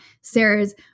Sarah's